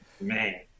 Man